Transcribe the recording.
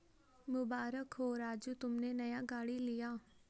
मुबारक हो राजू तुमने नया गाड़ी लिया